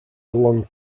belonged